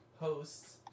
hosts